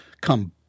come